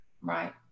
Right